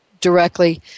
directly